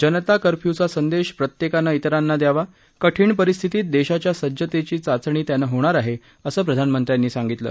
जनता कर्फ्यूचा संदेश प्रत्येकानं विरांना द्यावा कठिण परिस्थितीत देशाच्या सज्जतेची चाचणी त्यानं होणार आहे असं प्रधानमंत्र्यांनी सांगितलं